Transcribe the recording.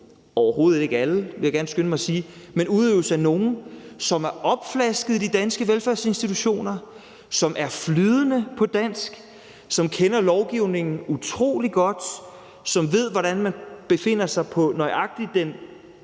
overhovedet ikke alle, vil jeg gerne skynde mig at sige – som er opflasket i de danske velfærdsinstitutioner, som er flydende på dansk, som kender lovgivningen utrolig godt, som ved, hvordan man befinder sig nøjagtigt på